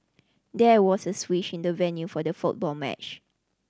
there was a switch in the venue for the football match